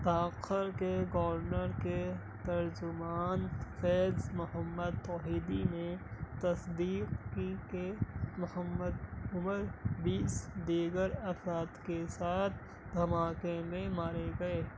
تأخر کے گورنر کے ترجمان فیض محمد توحیدی نے تصدیق کی کہ محمد عمر بیس دیگر افراد کے ساتھ دھماکے میں مارے گئے